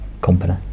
company